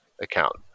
account